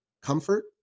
comfort